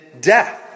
death